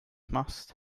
machst